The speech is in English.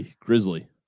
Grizzly